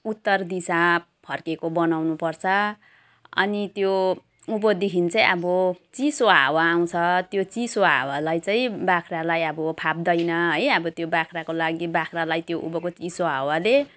उत्तर दिशा फर्किएको बनाउनुपर्छ अनि त्यो उँभोदेखि चाहिँ अब चिसो हावा आउँछ त्यो चिसो हावालाई चाहिँ बाख्रालाई अब फाप्दैन है अब त्यो बाख्राको लागि बाख्रालाई त्यो उँभोको चिसो हावाले